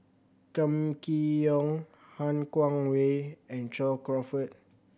Kam Kee Yong Han Guangwei and John Crawfurd